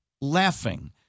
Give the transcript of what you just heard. laughing